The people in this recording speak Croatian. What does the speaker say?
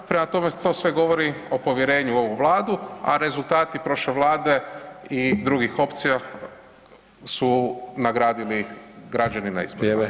Prema tome, to sve govori o povjerenju u ovu Vladu, a rezultati prošle vlade i drugih opcija su nagradili građani na izborima.